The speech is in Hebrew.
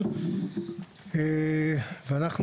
אנחנו,